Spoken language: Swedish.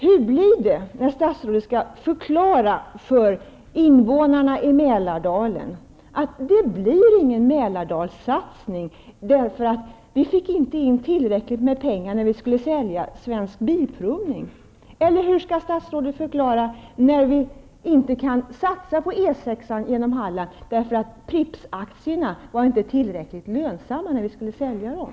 Hur blir det när statsrådet skall förklara för invånarna i Mälardalen att det inte skall bli någon Mälardalssatsning, eftersom det inte kom in tillräckligt med pengar vid försäljningen av Svensk Bilprovning? Hur skall statsrådet förklara att det inte går att satsa på E 6:an genom Halland, eftersom Prippsaktierna inte var tillräckligt lönsamma vid försäljningen?